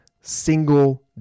single